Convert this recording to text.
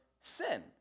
sin